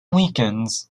weekends